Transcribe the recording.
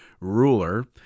ruler